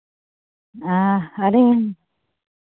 ᱦᱮᱸ ᱟᱹᱞᱤᱧ